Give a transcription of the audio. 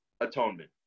atonement